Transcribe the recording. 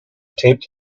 taped